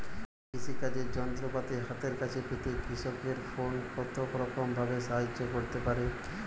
কৃষিকাজের যন্ত্রপাতি হাতের কাছে পেতে কৃষকের ফোন কত রকম ভাবে সাহায্য করতে পারে?